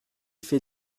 fait